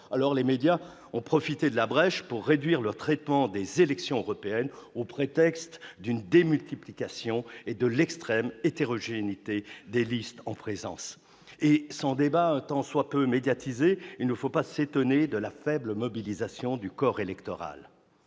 Les médias ont alors profité de la brèche pour réduire leur traitement des élections européennes, prétextant la démultiplication et l'extrême hétérogénéité des listes en présence. Sans un débat un tant soit peu médiatisé, il ne faut pas s'étonner de la faible mobilisation du corps électoral.